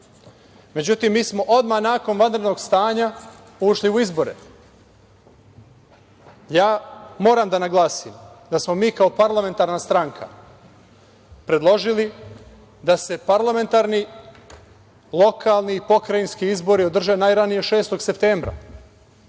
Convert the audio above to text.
Međutim, mi smo odmah nakon vanrednog stanja ušli u izbore. Ja moram da naglasim da smo mi kao parlamentarna stranka predložili da se parlamentarni, lokalni i pokrajinski izbori održe najranije 6. septembra.